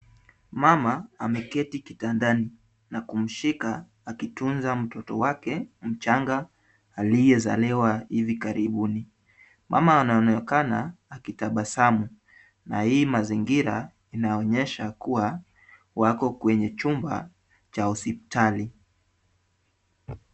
Mama ameketi kitandani na kumshika akitunza mtoto wake mchanga aliyezaliwa hivi karibuni. Mama anaonekana akitabasamu na hii mazingira inaonyesha kuwa wako kwenye chumba cha hospitali.